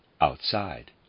outside